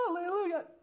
Hallelujah